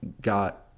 got